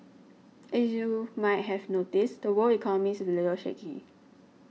as you might have noticed the world economy is a little shaky